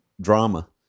drama